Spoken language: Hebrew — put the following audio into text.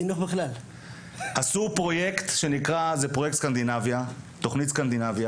עשו פרויקט שנקרא: "תכנית סקנדינביה",